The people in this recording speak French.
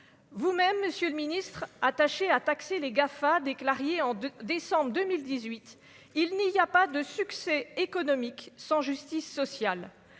Vous-même, monsieur le Ministre, attaché à taxer les GAFA déclariez en décembre 2018 il n'y a pas de succès économique sans justice sociale,